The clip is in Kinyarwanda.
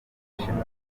bushinwa